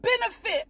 benefit